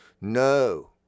no